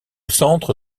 centre